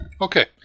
Okay